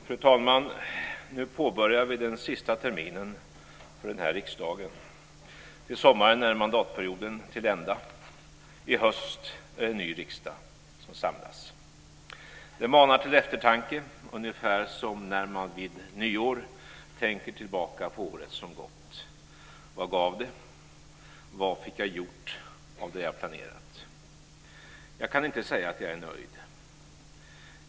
Fru talman! Nu påbörjar vi den sista terminen för den här riksdagen. Till sommaren är mandatperioden till ända. I höst är det en ny riksdag som samlas. Det manar till eftertanke, ungefär som när man vid nyår tänker tillbaka på året som gått. Vad gav det? Vad fick jag gjort av det jag planerat? Jag kan inte säga att jag är nöjd.